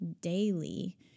daily